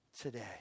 today